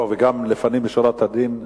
ולפנים משורת הדין,